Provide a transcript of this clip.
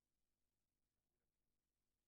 מהמוזמנים לוועדה הזאת.